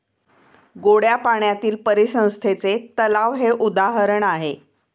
गोड्या पाण्यातील परिसंस्थेचे तलाव हे उदाहरण आहे